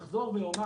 לסיום אחזור ואומר,